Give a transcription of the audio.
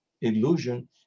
illusion